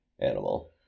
Animal